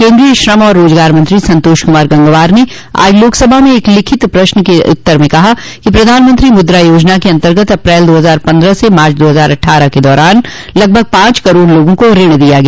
केन्द्रीय श्रम और रोजगार मंत्री संतोष कुमार गंगवार ने आज लोकसभा में एक लिखित प्रश्न के उत्तर में कहा कि प्रधानमंत्री मुद्रा योजना के अतंर्गत अप्रैल दो हजार पन्द्रह से मार्च दो हजार अट्ठारह के दौरान लगभग पांच करोड़ लोगों को ऋण दिया गया